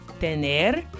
tener